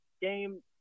game